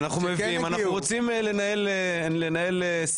אנחנו מביאים ורוצים לנהל שיח,